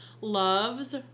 loves